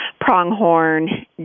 pronghorn